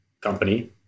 company